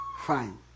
fine